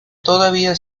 todavía